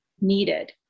needed